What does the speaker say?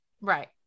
Right